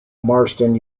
marston